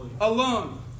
Alone